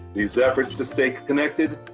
these efforts to stay connected,